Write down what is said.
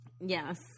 Yes